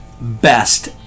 Best